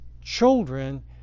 children